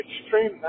extreme